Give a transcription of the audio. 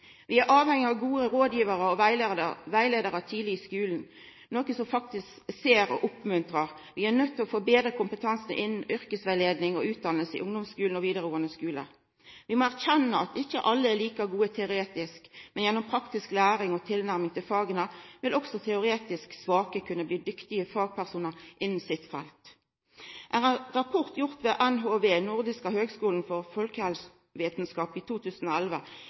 Vi er avhengige av gode rådgivarar og rettleiarar tidleg i skulen – nokon som faktisk ser og oppmuntrar. Vi er nøydde til å få betre kompetanse innan yrkesrettleiinga og utdanninga i ungdomsskulen og vidaregåande skule. Vi må erkjenna at ikkje alle er like gode teoretisk, men gjennom praktisk læring og tilnærming til faga vil også teoretisk svake kunna bli dyktige fagpersonar innan sitt felt. Ein rapport gjort ved NHV – Nordiska högskolan för folkhälsovetenskap – i 2011